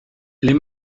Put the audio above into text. les